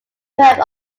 firm